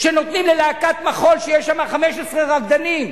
שנותנים ללהקת מחול שיש שם 15 רקדנים?